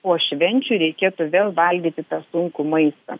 po švenčių reikėtų vėl valgyti tą sunkų maistą